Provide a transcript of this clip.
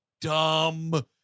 dumb